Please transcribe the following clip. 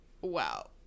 wow